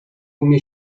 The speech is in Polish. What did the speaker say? umie